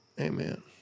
Amen